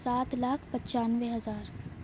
سات لاکھ پچانوے ہزار